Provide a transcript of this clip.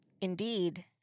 indeed